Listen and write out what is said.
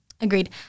Agreed